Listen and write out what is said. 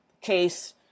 case